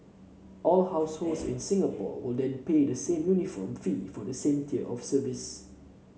all households in Singapore will then pay the same uniform fee for the same tier of service